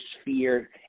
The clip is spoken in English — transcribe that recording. sphere